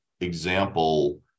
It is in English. example